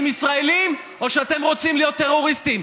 ישראלים או שאתם רוצים להיות טרוריסטים.